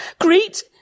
Greet